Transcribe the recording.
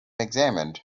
examined